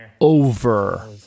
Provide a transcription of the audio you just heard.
over